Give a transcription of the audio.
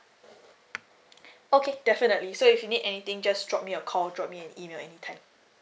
okay definitely so if you need anything just drop me a call drop me an email any time